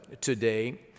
today